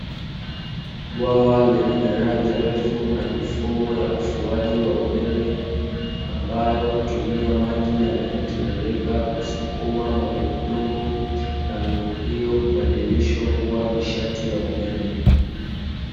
Bwawa lenye daraja refu na mifumo ya ufuaji wa umeme, ambayo hutumia maji yanayotiririka kusukuma magurudumu na nguvu hiyo kubadilishwa kuwa nishati ya umeme.